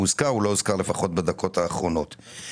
הוזכר אבל לפחות בדקות האחרונות הוא לא הוזכר.